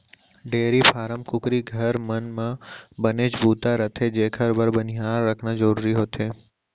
dairy farm, कुकरी घर, मन म बनेच बूता रथे जेकर बर बनिहार रखना जरूरी होथे